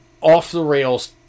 off-the-rails